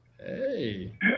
Hey